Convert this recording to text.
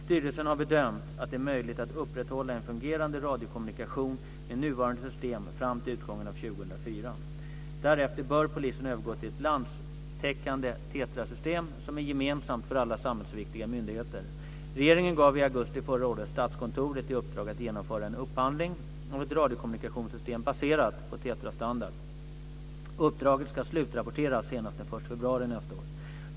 Styrelsen har bedömt att det är möjligt att upprätthålla en fungerande radiokommunikation med nuvarande system fram till utgången av 2004. Därefter bör polisen övergå till ett landstäckande TETRA-system som är gemensamt för alla samhällsviktiga myndigheter. Regeringen gav i augusti förra året Statskontoret i uppdrag att genomföra en upphandling av ett radiokommunikationssystem baserat på TETRA-standard. Uppdraget ska slutrapporteras senast den 1 februari nästa år.